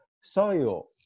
soil